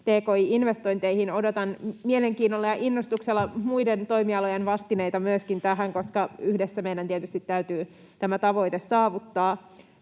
tki-investointeihin. Odotan mielenkiinnolla ja innostuksella myöskin muiden toimialojen vastineita tähän, koska yhdessä meidän tietysti täytyy tämä tavoite saavuttaa.